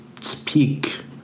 speak